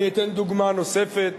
אני אתן דוגמה נוספת,